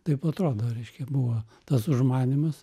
taip atrodo reiškia buvo tas užmanymas